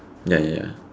ya ya ya